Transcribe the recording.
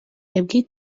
yigeze